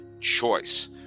choice